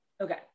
Okay